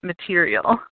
material